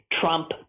Trump